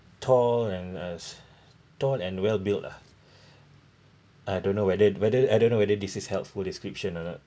tall and as tall and well built ah I don't know whether whether I don't know whether this is helpful description or not